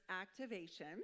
activation